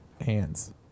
hands